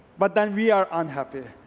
but then we are unhappy.